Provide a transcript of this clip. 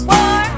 War